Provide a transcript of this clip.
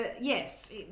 yes